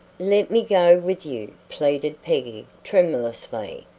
let me go with you, pleaded peggy, tremulously,